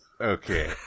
Okay